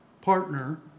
partner